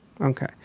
okay